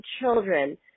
children